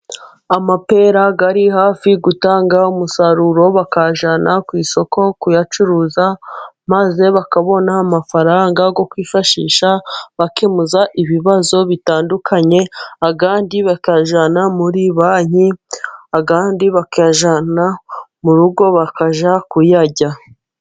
Amapera ari hafi gutanga umusaruro bakayajyana ku isoko kuyacuruza, maze bakabona amafaranga yo kwifashisha bakemuza ibibazo bitandukanye, ayandi bakayajyana muri banki, ayandi bakayajyana mu rugo kuyarya.